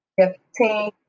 Fifteen